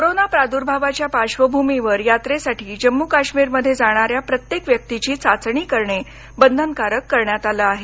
corona प्रादूर्भावाच्या पार्श्वभूमीवर यात्रेसाठी जम्मू काश्मीरमध्ये जाणाऱ्या प्रत्येक व्यक्तीची चाचणी करणे बंधनकारक करण्यात आलं आहे